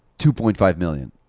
two point five million.